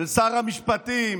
שר המשפטים